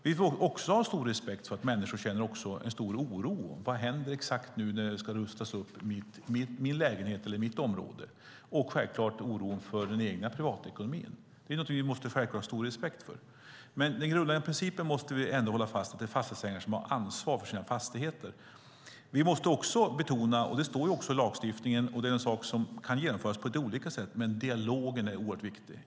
Vi får ha stor respekt för att människor känner stor oro. Vad händer exakt nu när min lägenhet eller mitt område ska rustas upp? Vi måste självklart ha stor respekt för ens oro för den egna privata ekonomin. Den grundläggande principen måste vi ändå hålla fast vid: Det är fastighetsägaren som har ansvar för sina fastigheter. Vi måste betona vikten av dialogen, och det står i lagstiftningen. Det är en sak som kan genomföras på lite olika sätt, men dialogen är oerhört viktig.